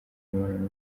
imibonano